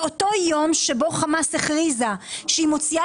באותו יום שבו חמאס הכריזה שהיא מוציאה